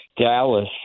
Dallas